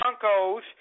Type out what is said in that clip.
Broncos